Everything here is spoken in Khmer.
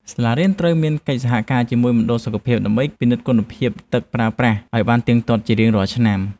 សាលារៀនត្រូវមានកិច្ចសហការជាមួយមណ្ឌលសុខភាពដើម្បីពិនិត្យគុណភាពទឹកប្រើប្រាស់ឱ្យបានទៀងទាត់ជារៀងរាល់ឆ្នាំ។